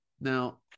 Now